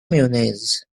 mayonnaise